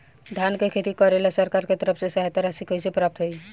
धान के खेती करेला सरकार के तरफ से सहायता राशि कइसे प्राप्त होइ?